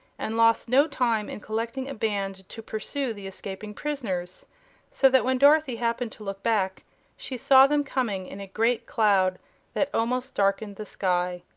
and lost no time in collecting a band to pursue the escaping prisoners so that when dorothy happened to look back she saw them coming in a great cloud that almost darkened the sky.